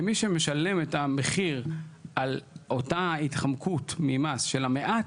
ומי שמשלם את המחיר על אותה התחמקות ממס של המעט,